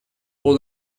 wore